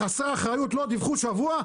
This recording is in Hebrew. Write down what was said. חסרי אחריות לא דיווחו שבוע,